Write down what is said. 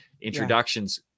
Introductions